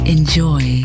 Enjoy